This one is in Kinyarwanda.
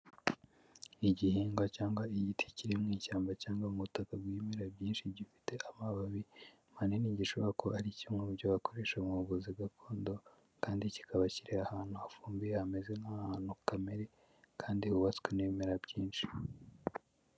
Igihingwa cyangwa igiti kiri mu ishyamba cyangwa mu butaka bw'ibimera byinshi, gifite amababi manini gishoboka ko ari kimwe mu byo wakoresha mu buvuzi gakondo kandi kikaba kiri ahantu hafumbiye hameze nk'ahantu kamere kandi hubatswe n'ibimera byinshi.